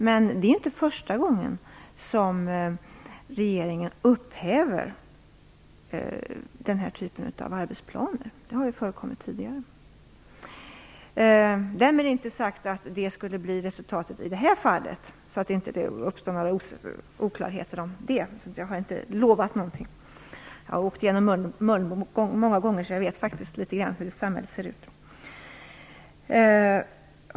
Men det är inte första gången som regeringen upphäver den här typen av arbetsplaner. Det har ju förekommit tidigare. Därmed inte sagt att det skulle bli resultatet i det här fallet. Det får inte råda någon oklarhet om det, för jag har inte lovat någonting. Jag har åkt igenom Mölnbo många gånger, så jag vet faktiskt litet grand om hur samhället ser ut.